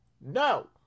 No